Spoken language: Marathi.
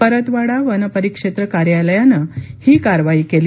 परतवाडा वनपरिक्षेत्र कार्यालयानं ही कारवाई केली